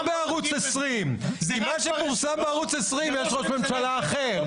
לא בערוץ 20. כי במה שפורסם בערוץ 20 יש ראש ממשלה אחר.